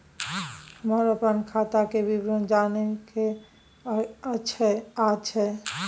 हमरा अपन खाता के विवरण जानय के अएछ?